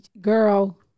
girl